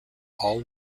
all